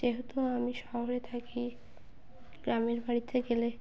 যেহেতু আমি শহরে থাকি গ্রামের বাড়িতে গেলে